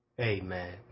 Amen